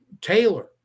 Taylor